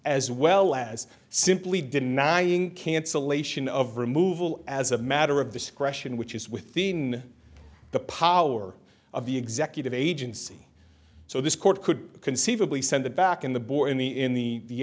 as well as simply denying cancellation of removal as a matter of discretion which is within the power of the executive agency so this court could conceivably send them back in the bor in the